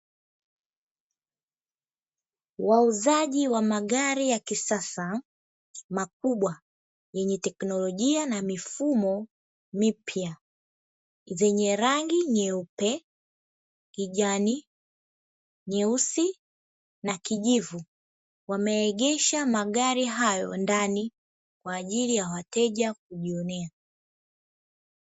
Wauzaji wa magari ya kisasa makubwa yenye teknolojia na mifumo mipya vyenye rangi nyeupe, kijani, nyeusi na kijivu, wameegesha magari hayo ndani kwa ajili ya wateja kujionea.